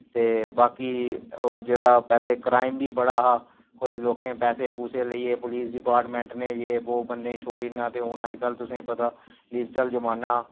ते बाकी ओ जेह्ड़ा पैह्लें क्राईम बी बड़ा हा कोई लोकें पैसे पूसे लेईयै पुलिस डपार्टमैंट नै ये बो बंदेंई छोड़ी ओड़ना ते हून अजकल तुसें पता डिज़टल जमाना